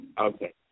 okay